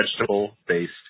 vegetable-based